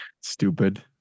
Stupid